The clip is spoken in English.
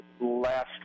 last